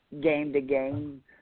game-to-game